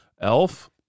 Elf